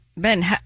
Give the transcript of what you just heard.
Ben